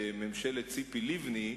בממשלת ציפי לבני,